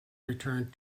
returned